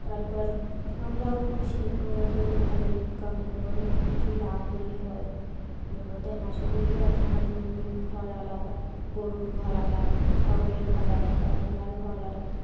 তারপর আমরাও পুষি আমাদেরও ভালো ইনকাম হয় অনেক কিছু লাভই হয় আমাদের হাঁস মুরগি আছে হাঁস মুরগির ঘর আলাদা গরুর ঘর আলাদা ছাগলের ঘর আলাদা ভেড়ার ঘর আলাদা